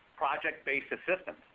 project-based assistance.